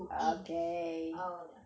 to each own ah